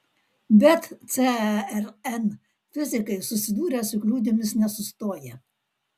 bet cern fizikai susidūrę su kliūtimis nesustoja